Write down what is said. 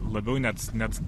labiau net net